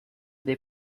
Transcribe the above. dei